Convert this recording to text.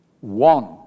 one